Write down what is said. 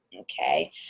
Okay